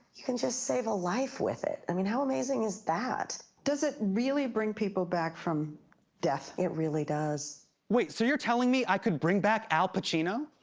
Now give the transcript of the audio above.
you can just save a life with it. i mean, how amazing is that? does it really bring people back from death? it really does. wait, so you're telling me i could bring back al pacino?